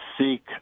seek